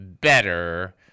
better